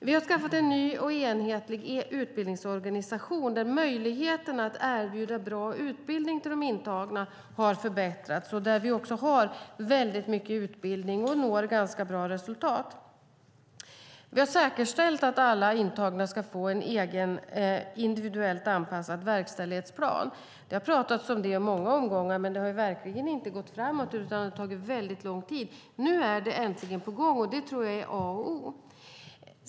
Vi har skaffat en ny och enhetlig utbildningsorganisation där möjligheterna att erbjuda bra utbildning för de intagna har förbättrats och där vi också har mycket utbildning och når ganska bra resultat. Vi har säkerställt att alla intagna ska få en egen, individuellt anpassad verkställighetsplan. Det har pratats om det i många omgångar, men det har verkligen inte gått framåt utan tagit väldigt lång tid. Nu är det äntligen på gång, och det tror jag är A och O.